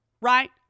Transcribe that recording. right